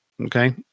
Okay